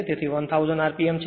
તેથી 1000 rpm છે